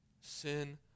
Sin